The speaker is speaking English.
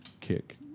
kick